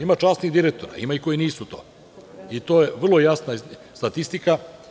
Ima časnih direktora, ima i koji nisu to i to je vrlo jasna statistika.